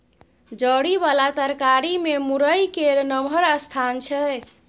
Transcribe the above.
जरि बला तरकारी मे मूरइ केर नमहर स्थान छै